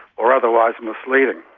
or otherwise misleading.